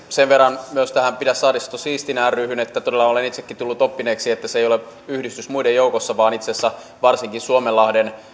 sen verran myös tähän pidä saaristo siistinä ryhyn että todella olen itsekin tullut oppineeksi että se ei ole yhdistys muiden joukossa vaan itse asiassa varsinkin suomenlahden